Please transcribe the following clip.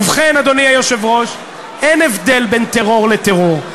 ובכן, אדוני היושב-ראש, אין הבדל בין טרור לטרור.